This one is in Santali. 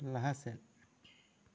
ᱞᱟᱦᱟ ᱥᱮᱫ